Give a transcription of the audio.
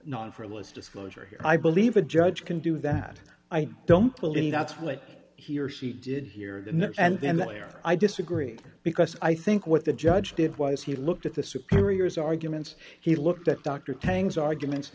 non frivolous disclosure here i believe a judge can do that i don't believe that's what he or she did here the next and then where i disagree because i think what the judge did was he looked at the superiors arguments he looked at dr tang's arguments